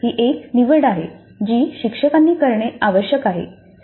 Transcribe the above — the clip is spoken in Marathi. तर ही एक निवड आहे जी शिक्षकांनी करणे आवश्यक आहे